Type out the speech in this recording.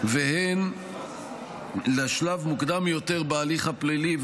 וגם לשלב מוקדם יותר בהליך הפלילי,